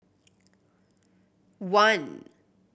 one